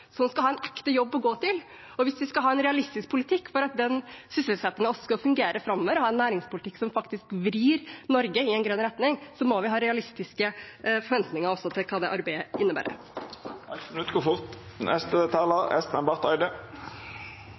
som skal ha en ekte jobb å gå til, og hvis vi skal ha en realistisk politikk for at den sysselsettingen også skal fungere framover, hvis vi skal ha en næringspolitikk som faktisk vrir Norge i grønn retning, må vi ha realistiske forventninger også til hva det arbeidet innebærer.